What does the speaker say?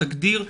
תגדיר,